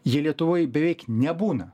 jie lietuvoj beveik nebūna